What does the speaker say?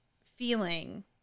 feeling